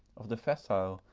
of the facile,